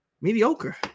Mediocre